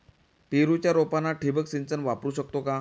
पेरूच्या रोपांना ठिबक सिंचन वापरू शकतो का?